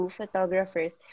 photographers